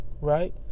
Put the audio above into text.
right